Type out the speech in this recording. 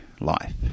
life